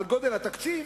על גודל התקציב?